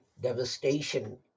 devastation